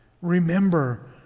remember